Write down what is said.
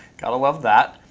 gotta love that.